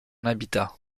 habitat